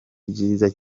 ryiza